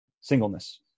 singleness